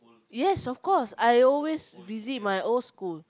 yes of course I always visit my old school